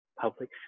public